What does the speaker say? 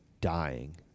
dying